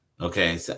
Okay